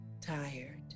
tired